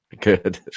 Good